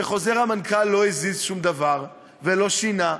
שחוזר המנכ"ל לא הזיז שום דבר, ולא שינה,